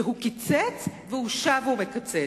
והוא קיצץ והוא שב ומקצץ.